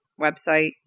website